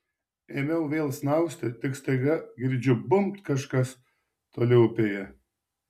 ėmiau vėl snausti tik staiga girdžiu bumbt kažkas toli upėje